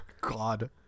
God